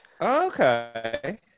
Okay